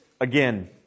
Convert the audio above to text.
again